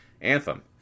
anthem